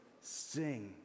sing